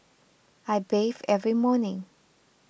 I bathe every morning